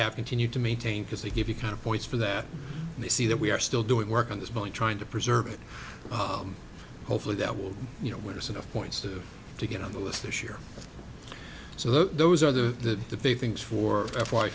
have continued to maintain because they give you kind of points for that they see that we are still doing work on this boat trying to preserve it hopefully that will you know where there's enough points to to get on the list this year so those are the the big things for f